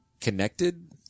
connected